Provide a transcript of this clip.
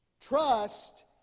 Trust